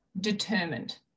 determined